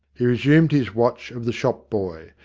he resumed his watch of the shop-boy,